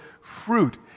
fruit